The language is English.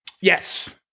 Yes